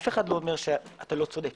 יכול להיות שאתה צודק